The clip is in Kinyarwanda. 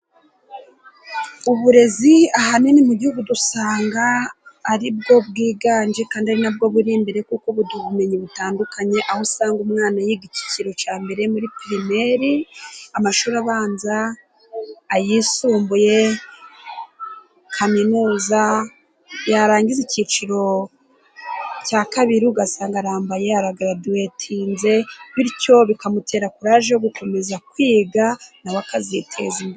Uburezi ahanini mu gihugu dusanga ari bwo bwiganje kandi ari nabwo buri imbere kuko buduha ubumenyi butandukanye, aho usanga umwana yiga icyiciro cya mbere muri pirimeri/amashuri abanza, ayisumbuye, kaminuza, yarangiza icyiciro cya kabiri ugasanga arambaye, aragaraduwetinze, bityo bikamutera kuraje yo gukomeza kwiga na we akaziteza imbere.